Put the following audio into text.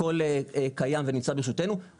הכל קיים ונמצא ברשותנו,